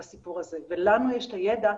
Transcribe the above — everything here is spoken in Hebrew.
לנו יש את הידע,